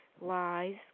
Lies